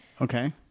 Okay